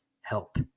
help